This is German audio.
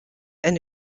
eine